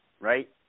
right